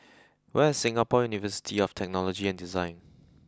where is Singapore University of Technology and Design